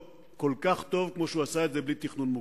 כל כך טוב כמו שהוא עשה את זה בלי תכנון מוקדם.